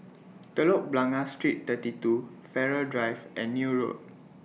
Telok Blangah Street thirty two Farrer Drive and Neil Road